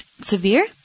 severe